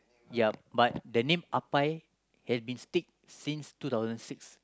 ya but the name Ahpai has been stick since two thousand six